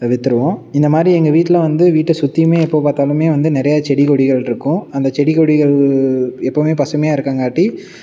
விற்றுருவோம் இந்த மாதிரி எங்கள் வீட்டில் வந்து வீட்டை சுற்றியுமே எப்போ பார்த்தாலுமே வந்து நிறைய செடி கொடிகள் இருக்கும் அந்த செடி கொடிகள் எப்பவும் பசுமையாக இருக்கங்காட்டி